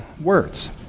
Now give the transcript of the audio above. words